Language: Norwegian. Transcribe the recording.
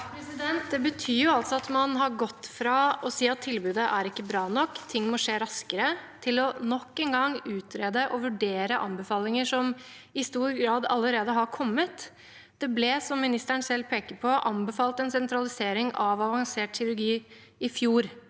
Det betyr altså at man har gått fra å si at tilbudet ikke er bra nok, at ting må skje raskere, til nok en gang å utrede og vurdere anbefalinger som i stor grad allerede har kommet. Det ble, som ministeren selv pekte på, anbefalt en sentralisering av avansert kirurgi i fjor.